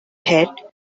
head